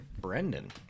Brendan